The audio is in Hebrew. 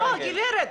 גברת,